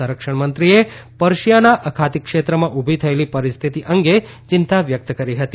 સંરક્ષણ મંત્રીએ પર્શિયાના અખાતી ક્ષેત્રમાં ઉભી થયેલી પરિસ્થિતિ અંગે ચિંતા વ્યકત કરી હતી